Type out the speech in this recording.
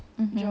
mmhmm